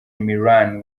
milan